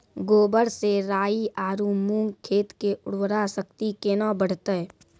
गोबर से राई आरु मूंग खेत के उर्वरा शक्ति केना बढते?